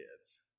kids